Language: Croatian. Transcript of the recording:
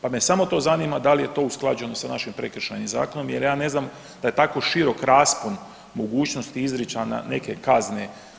Pa me samo to zanima da li je to usklađeno sa našim Prekršajnim zakonom, jer ja ne znam da je tako širok raspon mogućnosti izricanja neke kazne.